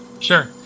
Sure